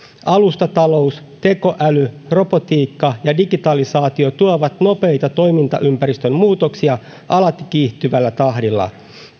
alustatalous tekoäly robotiikka ja digitalisaatio tuovat nopeita toimintaympäristön muutoksia alati kiihtyvällä tahdilla